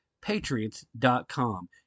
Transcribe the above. patriots.com